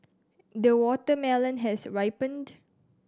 the watermelon has ripened